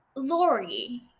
lori